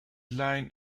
line